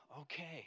okay